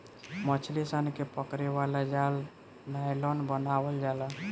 मछली सन के पकड़े वाला जाल नायलॉन बनावल जाला